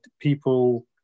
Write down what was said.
people